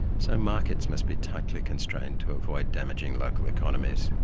so markets must be tightly constrained to avoid damaging local economies,